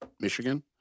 Michigan